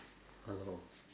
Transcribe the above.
hello